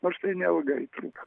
nors tai neilgai truko